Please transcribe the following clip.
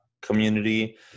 community